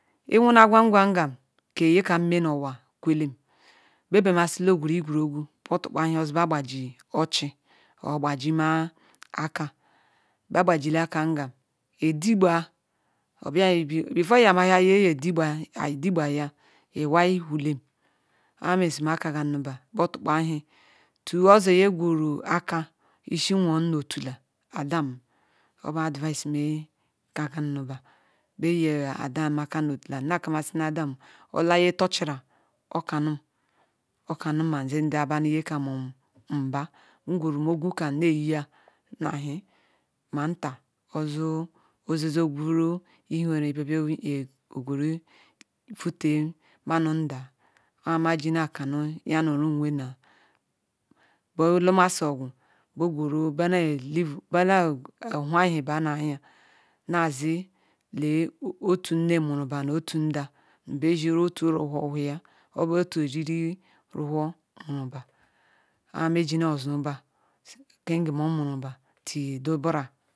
Iwuma ngwa gea ngam kege kam nme nu oeah kwelem bebasilam oguru-igworugwu otukpa ewu obu he gbaji ochi or gbaji- ma Akah igbajila Aka ngwam idigba befote ijo mahia ejo etigba edigbaya iwulem orhameh makaga-niba gbe-otukpa eyi two ozu guru akah nwom nu otula ada-m akah nu otula nkamisila ada-m odila nye touch la oka-num oka-num mah nze by obani nye kam nbor ngwe eruru ogu ne eyi-a na-ayi ma-ntah zizo Nuru ihuere ogweru uute manu ndah orhamaji nu- na kami nyani umu- were-ah bu lo masi ogwu bah gureru beh ne live beh na ahu ibah nanya nazi otu nne maru bah obu otu eriri iweh maru bah orhameji nuh zi bah ke-nge moh muru bah till du baru